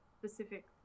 specific